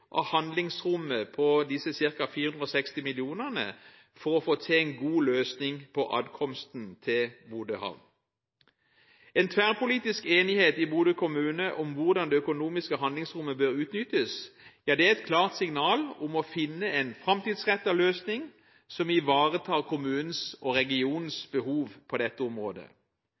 for å få til en god løsning når det gjelder adkomsten til Bodø havn. En tverrpolitisk enighet i Bodø kommune om hvordan det økonomiske handlingsrommet bør utnyttes, er et klart signal om å finne en framtidsrettet løsning som ivaretar kommunens og regionens behov på dette området.